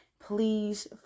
please